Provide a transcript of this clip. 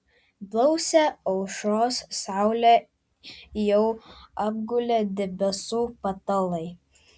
blausią aušros saulę jau apgulė debesų patalai